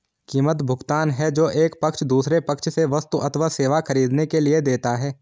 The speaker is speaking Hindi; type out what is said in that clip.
कीमत, भुगतान है जो एक पक्ष दूसरे पक्ष से वस्तु अथवा सेवा ख़रीदने के लिए देता है